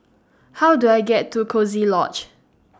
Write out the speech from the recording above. How Do I get to Coziee Lodge